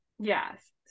Yes